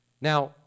Now